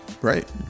right